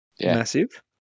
Massive